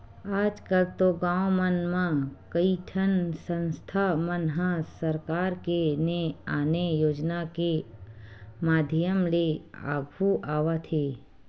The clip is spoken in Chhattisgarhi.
आजकल तो गाँव मन म कइठन संस्था मन ह सरकार के ने आने योजना के माधियम ले आघु आवत हे